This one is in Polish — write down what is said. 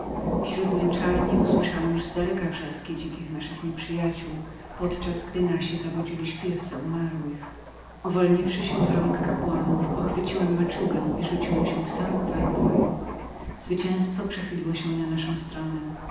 śród tych męczarni usłyszałem już zdaleka wrzaski dzikich naszych nieprzyjacioł podczas gdy nasi zawodzili śpiew za umarłych uwolniwszy się z rąk kapłanów pochwyciłem maczugę i rzuciłem się w sam war boju zwycięztwo przechyliło się na naszą stronę